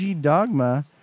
Dogma